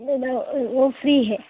न न ओ फ़्री है